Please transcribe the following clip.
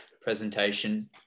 presentation